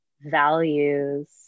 values